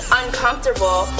uncomfortable